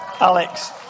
Alex